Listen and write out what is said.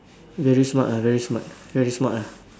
very smart ah very smart very smart ah